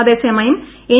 അതേസമയം എൻ